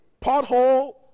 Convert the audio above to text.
pothole